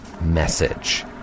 message